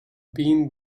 been